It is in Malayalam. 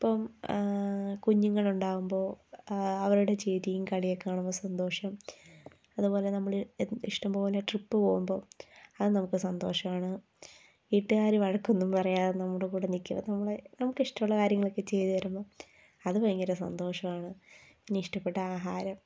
ഇപ്പം കുഞ്ഞുങ്ങൾ ഉണ്ടാകുമ്പോൾ അവരുടെ ചിരിയും കളിയൊക്കെ കാണുമ്പോൾ സന്തോഷം അതുപോലെ നമ്മൾ ഇഷ്ടംപോലെ ട്രിപ്പ് പോകുമ്പോൾ അത് നമുക്ക് സന്തോഷമാണ് വീട്ടുകാർ വഴക്കൊന്നും പറയാതെ നമ്മുടെ കൂടെ നിൽക്കുന്നത് നമ്മളെ നമുക്ക് ഇഷ്ടമുള്ള കാര്യങ്ങളൊക്കെ ചെയ്ത് തരുമ്പോൾ അത് ഭയങ്കര സന്തോഷമാണ് ഇനി ഇഷ്ടപ്പെട്ട ആഹാരം